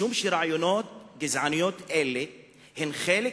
משום שרעיונות גזעניים אלה הם חלק